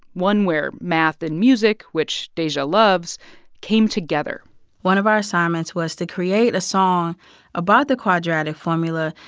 one where math and music which dajae loves came together one of our assignments was to create a song about the quadratic formula,